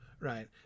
right